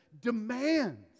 demands